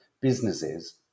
businesses